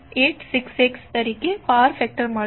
866 તરીકે power factor મળશે